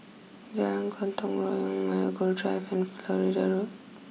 Jalan Gotong Royong Marigold Drive and Florida Road